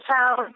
town